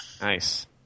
nice